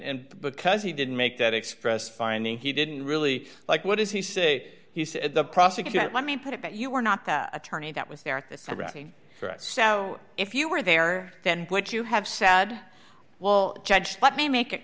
and because he didn't make that expressed finding he didn't really like what does he say he said the prosecution let me put it that you were not the attorney that was there at this rally so if you were there then what you have said well judged let me make it